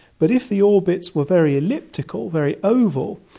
but if the orbits were very elliptical, very oval,